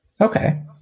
Okay